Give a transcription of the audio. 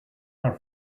her